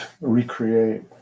recreate